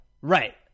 Right